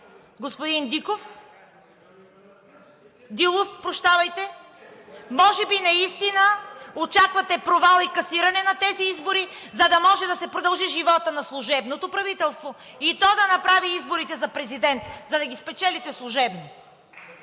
господин Дилов, може би наистина очаквате провал и касиране на тези избори, за да може да се продължи животът на служебното правителство и то да направи изборите за президент, за да ги спечелите служебно.